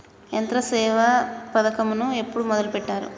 యంత్రసేవ పథకమును ఎప్పుడు మొదలెట్టారు?